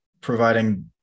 providing